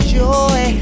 joy